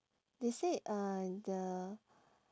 they said uh the